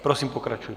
Prosím, pokračujte.